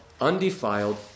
undefiled